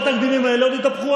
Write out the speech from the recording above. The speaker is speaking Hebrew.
אנחנו,